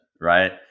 right